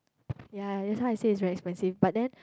ya that's why I say it's very expensive but then